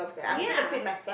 ya